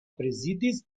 prezidis